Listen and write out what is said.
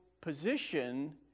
position